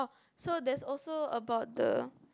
so there's also about the